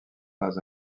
pas